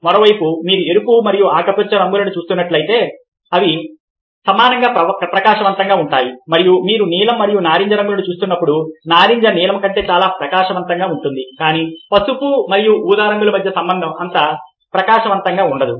మరోవైపు మీరు ఎరుపు మరియు ఆకుపచ్చ రంగులను చూస్తున్నట్లయితే అవి సమానంగా ప్రకాశవంతంగా ఉంటాయి మరియు మీరు నీలం మరియు నారింజ రంగులను చూస్తున్నట్లయితే నారింజ నీలం కంటే చాలా ప్రకాశవంతంగా ఉంటుంది కానీ పసుపు మరియు ఊదా రంగుల మధ్య సంబంధం అంత ప్రకాశవంతంగా ఉండదు